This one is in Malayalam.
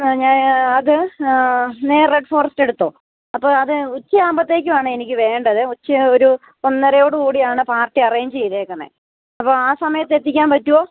ഞാൻ അത് എന്നാല് ആ റെഡ് ഫോറെസ്റ്റ് എടുത്തുകൊള്ളൂ അപ്പോള് അത് ഉച്ചയാകുമ്പോഴത്തേക്കാണ് എനിക്ക് വേണ്ടത് ഉച്ച ഒരു ഒന്നരയോട് കൂടിയാണ് പാർട്ടി അറേഞ്ച് ചെയ്തിരിക്കുന്നത് അപ്പോള് ആ സമയത്ത് എത്തിക്കാൻ പറ്റുമോ